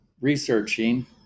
researching